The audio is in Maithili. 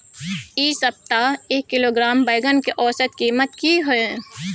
इ सप्ताह एक किलोग्राम बैंगन के औसत कीमत की हय?